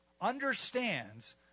understands